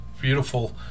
beautiful